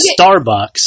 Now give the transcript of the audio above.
Starbucks